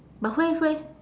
but where where